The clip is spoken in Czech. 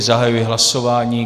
Zahajuji hlasování.